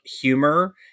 humor